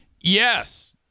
Yes